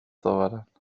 آورند